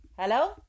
hello